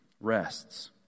rests